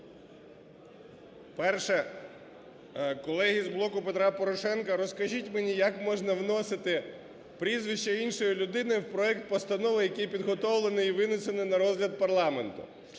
Перше. Колеги з "Блоку Петра Порошенка", розкажіть мені як можна вносити прізвище іншої людини в проект постанови, який підготовлений і винесений на розгляд парламенту?